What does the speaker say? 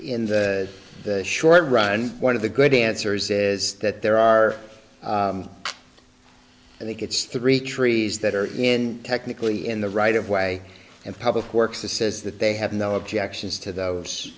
in the short run one of the good answers is that there are i think it's three trees that are in technically in the right of way and public works to says that they have no objections to those